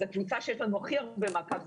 אז הקבוצה שיש לנו הכי הרבה מעקב,